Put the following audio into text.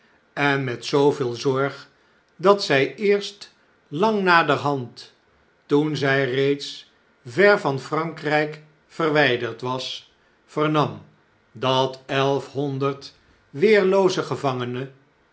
en met zooveel zorg dat zjj eerst lang naderhand toen zlj reeds ver van frankrjjk verwjjderd was vernam dat elfhonderd weerlooze gevangenen